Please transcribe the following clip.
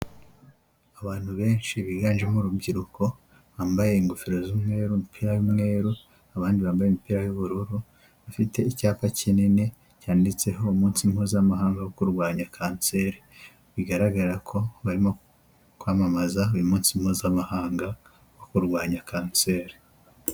Abantu benshi biganjemo urubyiruko, bambaye ingofero z'umweru, imipira y'umweru abandi bambaye imipira y'ubururu, bafite icyapa kinini cyanditseho umunsi mpuzamahanga wo kurwanya kanseri, bigaragara ko barimo kwamamaza uyu munsi mpuzamahanga wo kurwanya kanseri.